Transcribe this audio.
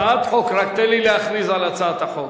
רק תן לי להכריז על הצעת החוק.